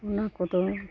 ᱚᱱᱟ ᱠᱚᱫᱚ